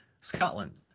Scotland